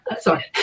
sorry